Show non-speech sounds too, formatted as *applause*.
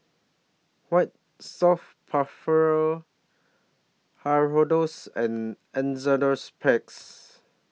White Soft *unintelligible* Hirudoids and Enzyplex